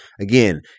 Again